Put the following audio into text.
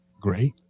great